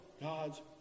God's